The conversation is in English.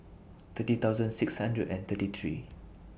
thirty thousand six hundred and thirty three